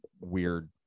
weird